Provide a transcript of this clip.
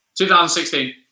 2016